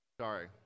Sorry